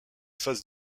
phases